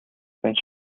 байна